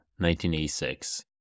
1986